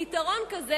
פתרון כזה,